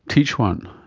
teach one',